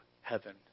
heaven